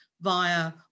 via